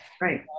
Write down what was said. Right